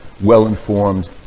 well-informed